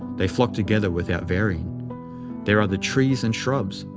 they flock together without varying there are the trees and shrubs,